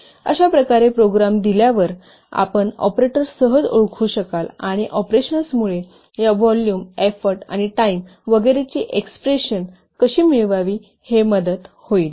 अशा प्रकारे प्रोग्राम दिल्यावर आपण ऑपरेटर सहज ओळखू शकाल आणि ऑपरेशन्समुळे या व्हॉल्यूम एफोर्ट आणि टाईम वगैरेची एक्सप्रेशन कशी मिळवावी हे मदत होईल